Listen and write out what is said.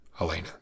Elena